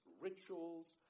rituals